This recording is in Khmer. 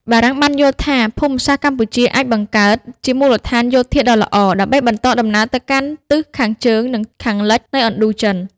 បារាំងបានយល់ថា ភូមិសាស្ត្រកម្ពុជាអាចបង្កើតជាមូលដ្ឋានយោធាដ៏ល្អ ដើម្បីបន្តដំណើរទៅកាន់ទិសខាងជើង និងខាងលិចនៃឥណ្ឌូចិន។